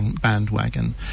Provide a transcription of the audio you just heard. bandwagon